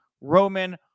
Roman